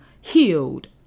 healed